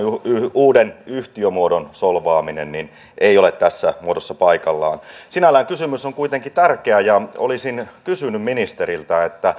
uuden yhtiömuodon solvaaminen ei ole tässä muodossa paikallaan sinällään kysymys on kuitenkin tärkeä ja olisin kysynyt ministeriltä